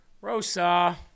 Rosa